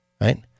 Right